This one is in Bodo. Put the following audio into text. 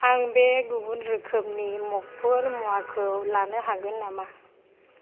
आं बे गुबुन रोखोमनि मगफोर मुवाखौ लानो हागोन नामा